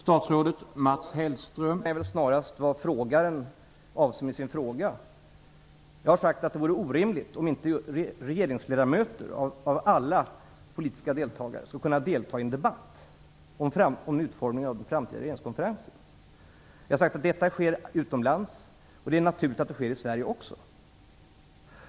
Herr talman! Frågan är väl snarast vad frågeställaren avser med sin fråga. Jag har sagt att det vore orimligt om inte regeringsledamöter av alla politiska företrädare skulle kunna delta i debatten om utformningen av den framtida regeringskonferensen. Jag har sagt att detta sker utomlands, och det är naturligt att det sker i Sverige också.